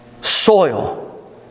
soil